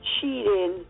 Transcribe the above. cheating